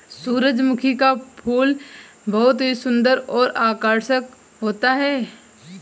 सुरजमुखी का फूल बहुत ही सुन्दर और आकर्षक होता है